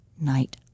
night